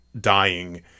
dying